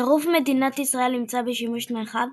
הצירוף "מדינת ישראל" נמצא בשימוש נרחב,